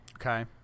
Okay